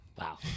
Wow